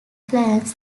plans